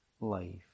life